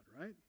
right